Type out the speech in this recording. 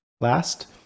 last